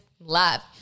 love